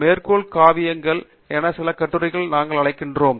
மேற்கோள் காவியங்கள் என சில கட்டுரைகளை நாங்கள் அழைக்கிறோம்